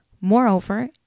Moreover